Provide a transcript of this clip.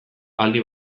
aldi